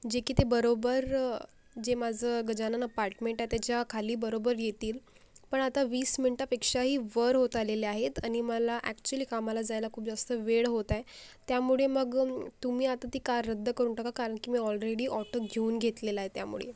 जे की ते बरोबर जे माझं गजानन अपार्टमेंट आहे त्याच्याखाली बरोबर येतील पण आता वीस मिनटापेक्षाही वर होत आलेले आहेत आणि मला अॅक्च्युली कामाला जायला खूप जास्त वेळ होत आहे त्यामुळे मग तुम्ही आता ती कार रद्द करून टाका कारण की मी ऑलरेडी ऑटो घेऊन घेतलेला आहे त्यामुळे